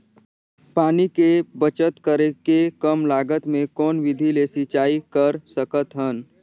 पानी के बचत करेके कम लागत मे कौन विधि ले सिंचाई कर सकत हन?